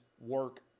work